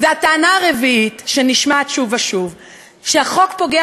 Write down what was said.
והטענה הרביעית שנשמעת שוב ושוב היא שהחוק פוגע